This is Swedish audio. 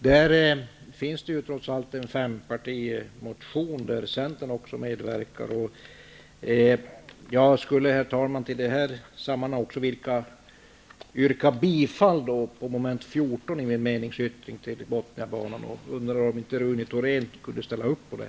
Trots allt finns det ju en fempartimotion som Centern också medverkat till. Herr talman! Jag yrkar bifall beträffande mom. 14 till min meningsyttring om Bothniabanan. Jag undrar om inte Rune Thorén kunde ställa upp på det.